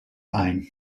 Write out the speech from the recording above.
ein